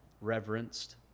reverenced